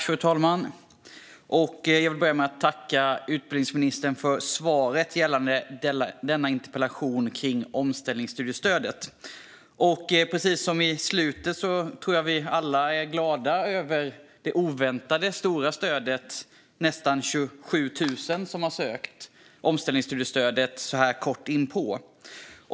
Fru talman! Jag vill börja med att tacka utbildningsministern för svaret på denna interpellation om omställningsstudiestödet. Precis som statsrådet framhöll i slutet tror jag att vi alla är glada över det oväntat stora intresset för stödet. Det är nästan 27 000 som har sökt omställningsstudiestödet på denna korta tid.